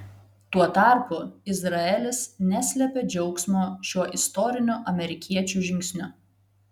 tuo tarpu izraelis neslėpė džiaugsmo šiuo istoriniu amerikiečių žingsniu